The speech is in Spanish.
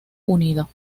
unido